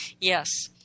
Yes